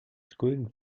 going